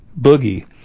boogie